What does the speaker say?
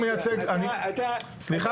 אני לא מייצג --- אתה חבר כנסת -- רגע